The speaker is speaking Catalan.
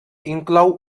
inclou